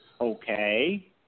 Okay